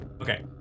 Okay